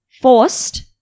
forced